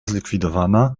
zlikwidowana